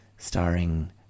starring